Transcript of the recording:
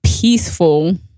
peaceful